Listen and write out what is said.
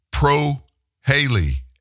Pro-Haley